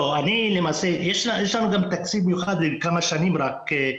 כל מה שהם צריכים זה לצאת לגינה ליד בית-הספר ולעשות את הפעולה